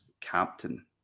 captain